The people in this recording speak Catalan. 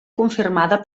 confirmada